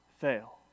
fail